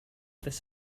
this